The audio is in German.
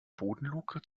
bodenluke